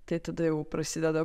tai tada jau prasideda